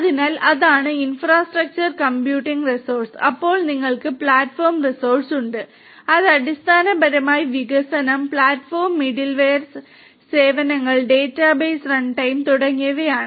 അതിനാൽ അതാണ് infrastructure computing resource അപ്പോൾ നിങ്ങൾക്ക് പ്ലാറ്റ്ഫോം റിസോഴ്സ് ഉണ്ട് അത് അടിസ്ഥാനപരമായി വികസനം പ്ലാറ്റ്ഫോം മിഡിൽവെയർ സേവനങ്ങൾ ഡാറ്റാബേസ് റൺടൈം തുടങ്ങിയവയാണ്